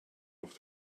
off